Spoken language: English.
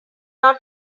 not